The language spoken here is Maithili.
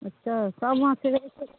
अच्छा सब माँछके